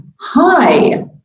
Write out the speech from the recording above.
hi